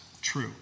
true